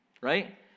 right